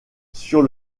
sur